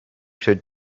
should